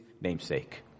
namesake